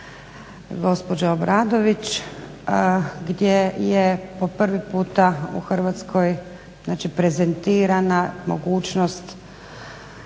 gospođa Obradović. Gdje je po prvi puta u Hrvatskoj znači prezentirana mogućnost